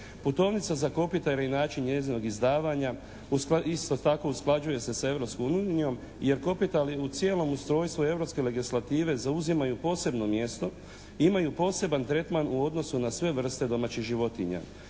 Putovnica za kopitare i način njezinog izdavanja isto tako usklađuje se sa Europskom unijom jer kopitari u cijelom ustrojstvu europske legislative zauzimaju posebno mjesto i imaju poseban tretman u odnosu na sve vrste domaćih životinja.